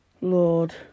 Lord